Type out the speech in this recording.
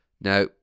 now